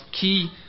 key